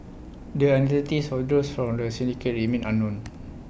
the identities of those from the syndicate remain unknown